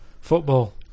Football